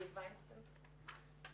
לגבי סוגיית הטיפול בקהילה,